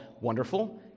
Wonderful